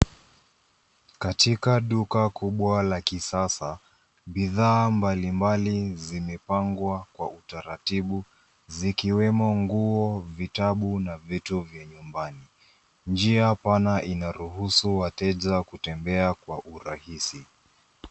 Katika duka kubwa la kisasa ,bidhaa mbalimbali zimepangwa kwa utaratibu zikiwemo nguo, vitabu na vitu vya nyumbani. Njia pana inaruhusu wateja kutembea kwa rahisi.